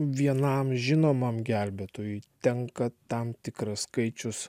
vienam žinomam gelbėtojui tenka tam tikras skaičius